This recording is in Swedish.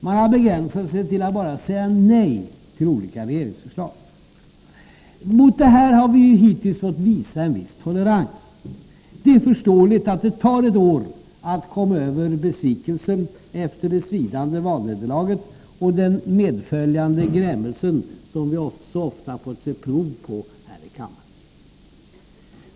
Man har begränsat sig till att bara säga nej till olika regeringsförslag. Mot detta har vi hittills fått visa en viss tolerans. Det är förståeligt att det tar ett år att komma över besvikelsen efter det svidande valnederlaget och den medföljande grämelse som vi också ofta fått se prov på här i kammaren.